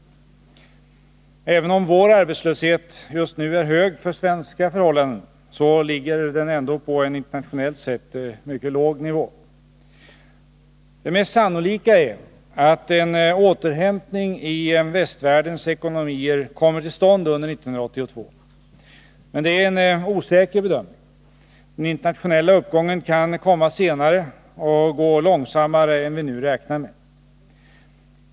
Även om vår arbetslöshet just nu är hög för svenska förhållanden, ligger den ändå på en internationellt sett mycket låg nivå. Det mest sannolika är att en återhämtning i västvärldens ekonomier kommer till stånd under 1982. Men det är en osäker bedömning. Den internationella uppgången kan komma senare och gå långsammare än vi nu räknar med.